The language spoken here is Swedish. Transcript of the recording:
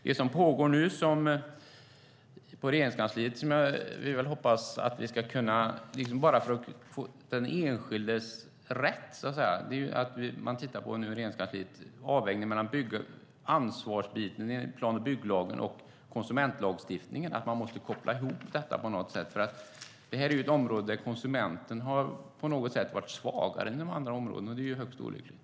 Det som pågår nu på Regeringskansliet - för att få fokus på den enskildes rätt, så att säga - är att man tittar på avvägningen mellan ansvarsbiten i plan och bygglagen och konsumentlagstiftningen och att man måste koppla ihop dem på något sätt. Det här är ju ett område där konsumenten har varit svagare än inom andra områden, och det är högst olyckligt.